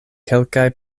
kelkaj